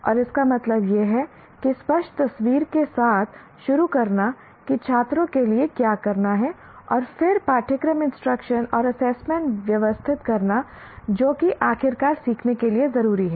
और इसका मतलब यह है की स्पष्ट तस्वीर के साथ शुरू करना कि छात्रों के लिए क्या करना है और फिर पाठ्यक्रम इंस्ट्रक्शन और एसेसमेंट व्यवस्थित करना जो कि आखिरकार सीखने के लिए ज़रूरी है